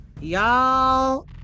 Y'all